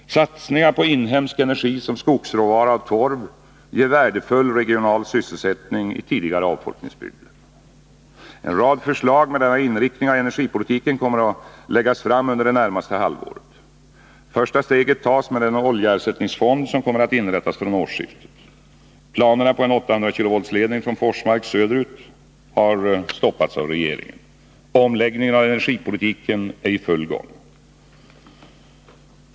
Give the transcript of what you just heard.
Satsningar på inhemsk energi som skogsråvara och torv ger värdefull regional sysselsättning i tidigare avfolkningsbygder. En rad förslag med denna inriktning av energipolitiken kommer att läggas fram under det närmaste halvåret. Första steget tas med den oljeersättningsfond som kommer att inrättas från årsskiftet. Planerna på en 800 kilovoltsledning från Forsmark söderut har redan stoppats av regeringen. Omläggningen av energipolitiken är i full gång.